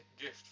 gift